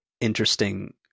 interesting